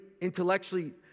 intellectually